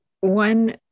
one